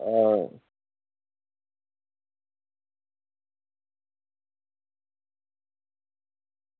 आं